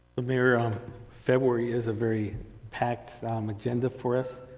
mayor, um february is a very packed um agenda for us,